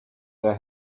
their